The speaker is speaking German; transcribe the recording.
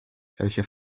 welche